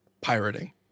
pirating